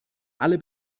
alle